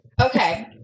Okay